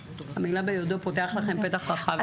המילה "ביודעו" פותח לכם פתח רחב מדי.